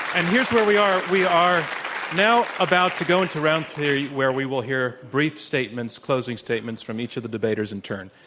and here's where we are, we are now about to go into round three where we will hear brief statements, closing statements from each of the debaters in turn.